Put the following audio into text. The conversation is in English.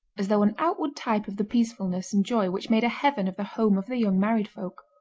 as though an outward type of the peacefulness and joy which made a heaven of the home of the young married folk.